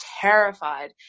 terrified